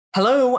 Hello